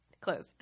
Close